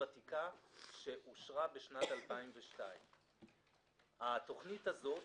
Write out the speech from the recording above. ותיקה שאושרה בשנת 2002. התוכנית הזאת